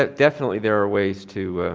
ah definitely there are ways to